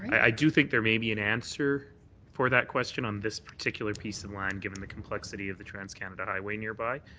i do think there may be an answer for that question on this particular piece of land given the complexity of the transcanada highway nearby,